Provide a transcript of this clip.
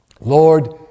Lord